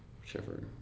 whichever